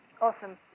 Awesome